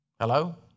Hello